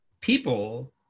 people